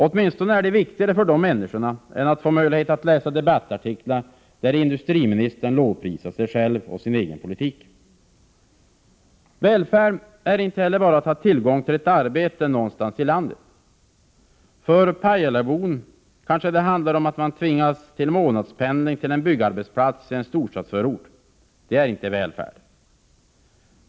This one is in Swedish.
Åtminstone är det viktigare för de människorna än att få möjlighet att läsa debattartiklar där industriministern lovprisar sig själv och sin egen politik. Välfärd är inte heller bara att ha tillgång till ett arbete någonstans i landet. För pajalabon kanske det handlar om att tvingas till månadspendling till en byggarbetsplats i en storstadsförort. Detta är inte välfärd.